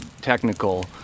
technical